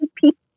people